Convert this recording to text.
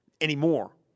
anymore